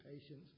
patience